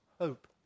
hope